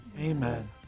Amen